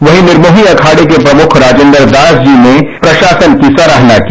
वहीं निर्मोही अखाड़े के प्रमुख राजेन्द्र दास जी ने प्रशासन की सराहना की